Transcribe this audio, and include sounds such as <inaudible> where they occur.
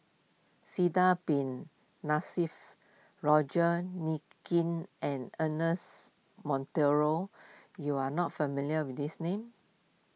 Sidek Bin <unintelligible> Roger <unintelligible> and Ernest Monteiro you are not familiar with these names